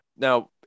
Now